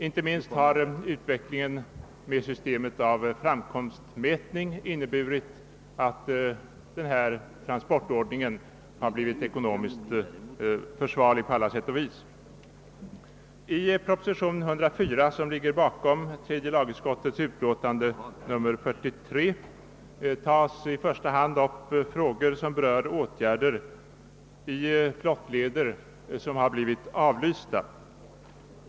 Inte minst har utvecklingen av systemet med framkomstmätning inneburit att denna transportordning blivit ekonomiskt förvarlig på alla sätt. I propositionen 104 som ligger till grund för tredje lagutskottets utlåtande nr 43 upptas i första hand frågor som berör åtgärder i flottleder som blivit avlysta.